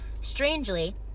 Strangely